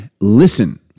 Listen